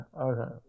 okay